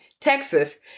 Texas